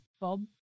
Bob